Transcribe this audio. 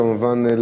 כמובן,